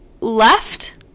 left